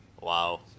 Wow